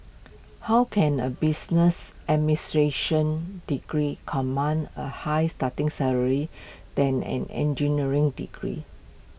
how can A business administration degree command A higher starting salary than an engineering degree